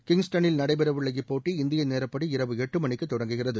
கிங்ஸ்டனில் நடைபெறவுள்ள இப்போட்டி இந்திய நேரப்படி இரவு எட்டு மணிக்கு தொடங்குகிறது